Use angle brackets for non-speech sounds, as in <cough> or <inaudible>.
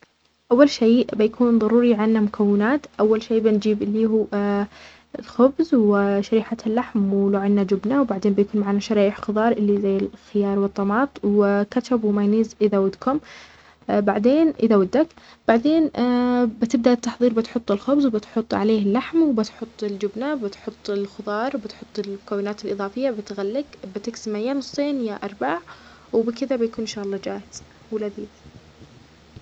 أول شيء بيكون ضروري عنا مكونات. أول شي بنجيب اللي هو <hesitation> الخبز وشريحة اللحم، ولو عنا جبنة، وبعدين بيكون معانا شرائح خضار اللي زي الخيار والطماط وكتشب ومايونيز، إذا ودكم بعدين - إذا ودك بعدين <hesitation> بتبدء التحضير بتحط الخبز وبتحط عليه اللحم وبتحط الجبنة وبتحط الخضار وبتحط المكونات الإضافية بتغلق بتكزميها نصين يا أرباع.، وبكده بيكون إن شاء الله جاهز ولذيذ.